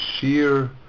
sheer